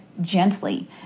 gently